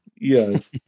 Yes